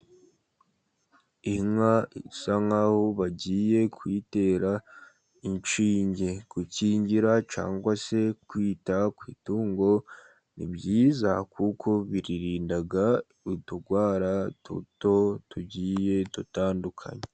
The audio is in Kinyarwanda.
Inka isa nk'aho bagiye kuyitera inshinge, gukingira cyangwa se kwita ku itungo ni byiza, kuko biririnda uturwara duto tugiye dutandukanye.